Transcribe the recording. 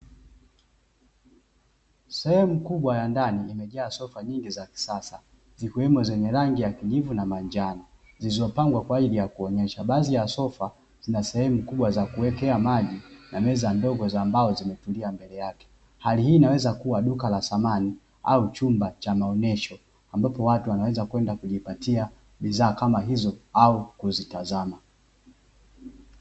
Sehemu kubwa ya ndani imejaa sofa nyingi za kisasa zikiwemo zenye rangi ya kijani na manjano ,zilizopangwa kwaajili ya kuonyesha ,baadhi ya sofa zinasehemu kubwa za kuwekea maji na meza ndogo za mbao zimetulia mbele yake ,hali hii inaweza kuwa duka la samani au chumba cha maonyesho ambapo watu wanaweza kwenda kujipatia bidhaa kama hizo au kuzitazama.